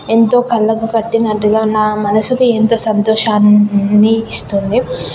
ఎంతో కళ్ళకి కట్టినట్టుగా నా మనసుకి ఎంతో సంతోషాన్ని ఇస్తుంది